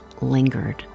lingered